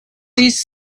these